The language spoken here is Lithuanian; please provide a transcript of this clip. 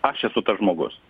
aš esu tas žmogus